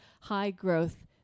high-growth